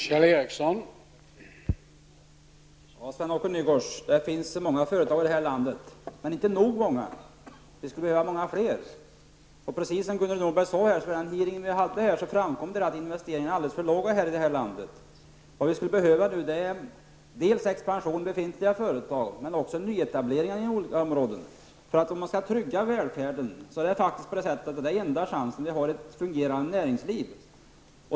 Herr talman! Sven-Åke Nygårds, det finns många företag i det här landet, men inte tillräckligt många. Vi skulle behöva många fler. Vid den hearing vi hade framkom -- vilket Gudrun Norberg sade -- att investeringarna i detta land är alltför låga. Det behövs nu dels expansion i befintliga företag, dels nyetableringar inom olika områden. Om vi skall kunna trygga välfärden är enda chansen ett fungerande näringsliv.